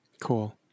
Cool